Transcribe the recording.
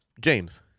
James